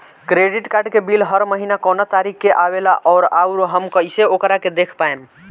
Credit card के bill हर महीना कौना तारीक के आवेला और आउर हम कइसे ओकरा के देख पाएम?